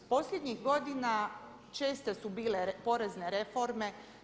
Posljednjih godina česte su bile porezne reforme.